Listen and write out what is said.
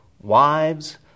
wives